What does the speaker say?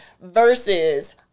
versus